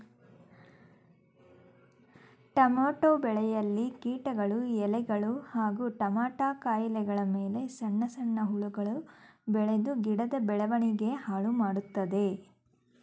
tomato ಬೆಳೆಯಲ್ಲಿ ಕೀಟಗಳು ಎಲೆಗಳು ಹಾಗೂ ಟಮೋಟ ಕಾಯಿಗಳಮೇಲೆ ಸಣ್ಣ ಸಣ್ಣ ಹುಳಗಳು ಬೆಳ್ದು ಗಿಡದ ಬೆಳವಣಿಗೆ ಹಾಳುಮಾಡ್ತದೆ